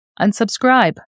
Unsubscribe